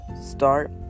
start